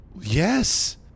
Yes